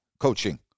Coaching